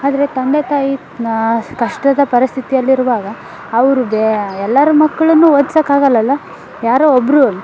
ಆದರೆ ತಂದೆ ತಾಯಿ ಸ್ ಕಷ್ಟದ ಪರಿಸ್ಥಿತಿಯಲ್ಲಿರುವಾಗ ಅವ್ರಿಗೆ ಎಲ್ಲರೂ ಮಕ್ಳನ್ನು ಓದ್ಸೋಕ್ಕಾಗಲ್ಲಲ್ಲ ಯಾರೋ ಒಬ್ಬರು